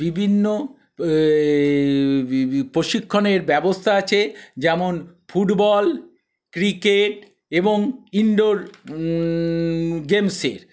বিভিন্ন প্রশিক্ষণের ব্যবস্থা আছে যেমন ফুটবল ক্রিকেট এবং ইন্ডোর গেমসের